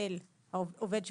יבוא "המשכורת הקובעת,